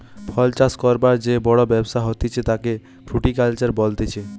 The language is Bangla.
ফল চাষ করবার যে বড় ব্যবসা হতিছে তাকে ফ্রুটিকালচার বলতিছে